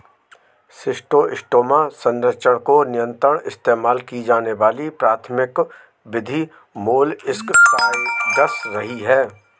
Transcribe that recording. schistosoma संचरण को नियंत्रित इस्तेमाल की जाने वाली प्राथमिक विधि मोलस्कसाइड्स रही है